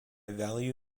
value